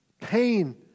Pain